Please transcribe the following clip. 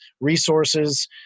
resources